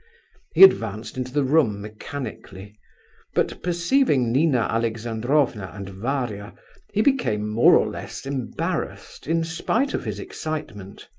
he advanced into the room mechanically but perceiving nina alexandrovna and varia he became more or less embarrassed, in spite of his excitement.